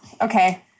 Okay